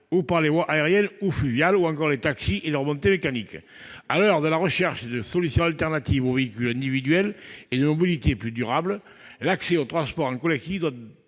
ou par les voies aériennes ou fluviales, ou encore aux taxis et aux remontées mécaniques. À l'heure de la recherche de solutions alternatives aux véhicules individuels et de mobilités plus durables, l'accès aux transports collectifs doit